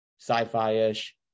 Sci-fi-ish